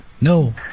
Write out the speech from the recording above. No